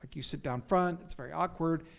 you sit down front, it's very awkward.